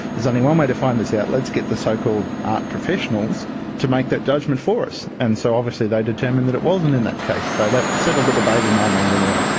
there's only one way to find this out, let's get the so-called art professionals to make that judgement for us. and so obviously they determined that it wasn't in that case, so that settled the debate in my mind anyway